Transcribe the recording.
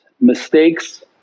mistakes